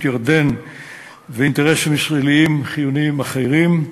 ירדן ואינטרסים ישראליים חיוניים אחרים.